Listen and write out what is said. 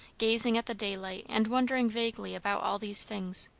gazing at the daylight and wondering vaguely about all these things,